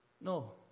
No